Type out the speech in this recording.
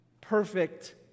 perfect